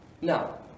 no